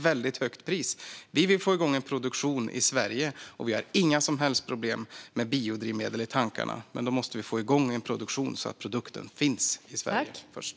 Vi vill få igång en produktion i Sverige. Vi har inga som helst problem med biodrivmedel i tankarna, men vi måste få igång en produktion, så att produkten finns i Sverige först.